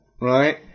right